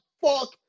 fuck